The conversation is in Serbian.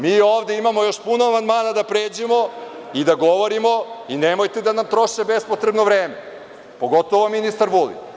Mi ovde imamo još puno amandmana da pređemo i da govorimo i nemojte da nam trošite bespotrebno vreme, pogotovo ministar Vulin.